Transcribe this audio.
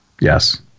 Yes